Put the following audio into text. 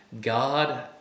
God